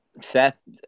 Seth